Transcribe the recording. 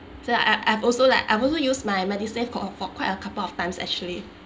then so